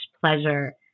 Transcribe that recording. pleasure